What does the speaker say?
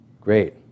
great